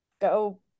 go